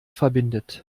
verbindet